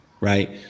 right